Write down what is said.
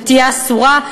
ותהיה אסורה.